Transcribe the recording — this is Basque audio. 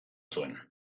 zuen